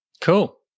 Cool